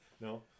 No